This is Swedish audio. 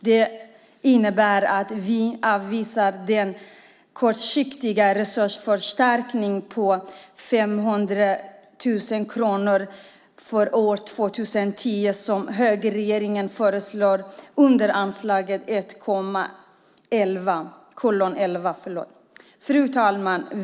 Det innebär att vi avvisar den kortsiktiga resursförstärkning med 500 000 kronor för år 2010 som högerregeringen föreslår under anslaget 1:11. Fru talman!